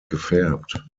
gefärbt